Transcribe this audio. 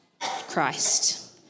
Christ